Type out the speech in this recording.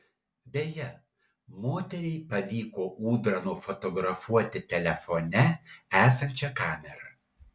beje moteriai pavyko ūdrą nufotografuoti telefone esančia kamera